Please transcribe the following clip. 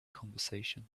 conversation